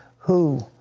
who